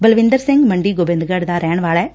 ਬਲਵਿੰਦਰ ਸਿੰਘ ਮੰਡੀ ਗੋਬਿੰਦਗੜੁ ਦਾ ਰਹਿਣ ਵਾਲਾ ਏ